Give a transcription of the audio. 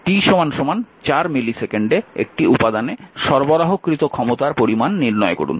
t 4 মিলিসেকেন্ডে একটি উপাদানে সরবরাহকৃত ক্ষমতার পরিমান নির্ণয় করুন